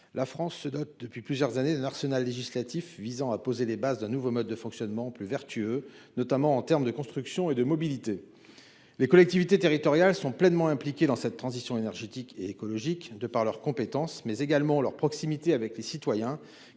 la France se dote, depuis plusieurs années, d'un arsenal législatif visant à poser les bases d'un nouveau mode de fonctionnement, plus vertueux, notamment du point de vue de la construction et de la mobilité. Les collectivités territoriales sont pleinement impliquées dans cette transition énergétique et écologique, du fait de leurs compétences, mais également de leur proximité avec les citoyens,